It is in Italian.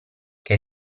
che